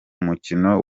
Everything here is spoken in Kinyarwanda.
mukino